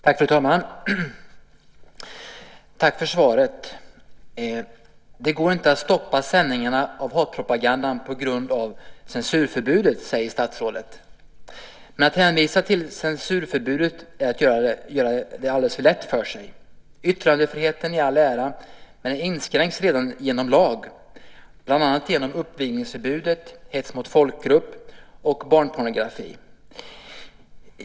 Fru talman! Tack för svaret! Det går inte att stoppa sändningarna av hatpropagandan på grund av censurförbudet, säger statsrådet. Men det är att göra det alldeles för lätt för sig att hänvisa till censurförbudet. Yttrandefriheten i all ära, men den inskränks redan genom lag, bland annat genom uppviglingsförbudet och när det gäller hets mot folkgrupp och barnpornografi.